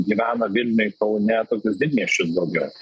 gyvena vilniuj kaune tokius didmiesčius daug yra